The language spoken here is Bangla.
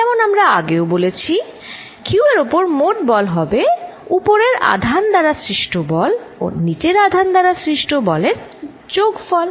যেমন আমরা আগেও বলেছি q এর উপর মোট বল হবে উপরের আধান দ্বারা সৃষ্ট বল ও নিচের আধান দ্বারা সৃষ্ট বলে যোগ ফল